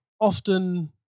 often